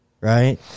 right